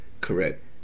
correct